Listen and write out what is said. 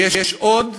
ויש עוד